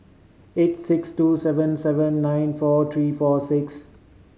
eight six two seven seven nine four three four six